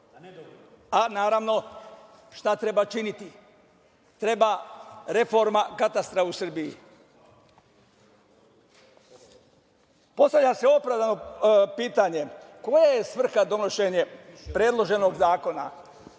Naravno, šta treba činiti? Treba reforma katastra u Srbiji. Postavlja se opravdano pitanje – koja je svrha donošenja predloženog zakona,